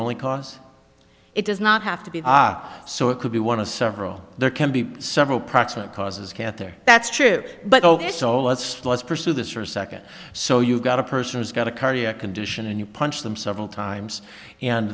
only cause it does not have to be so it could be one of several there can be several proximate causes cancer that's true but ok so let's let's pursue this for a second so you've got a person who's got a cardiac condition and you punch them several times and